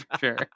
Sure